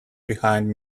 behind